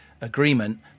agreement